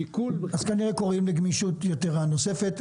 אז כנראה קוראים לגמישות יתרה נוספת.